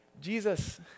Jesus